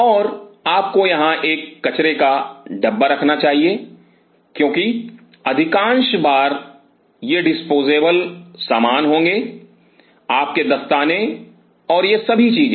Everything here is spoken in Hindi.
और आपको यहाँ एक कचरे का डब्बा रखना चाहिए क्योंकि अधिकांश बार ये डिस्पोजेबल सामान होंगे आपके दस्ताने और यह सभी चीजें